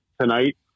tonight